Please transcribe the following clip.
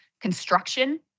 Construction